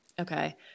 Okay